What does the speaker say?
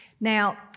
Now